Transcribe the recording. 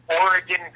Oregon